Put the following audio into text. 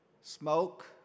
smoke